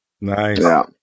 Nice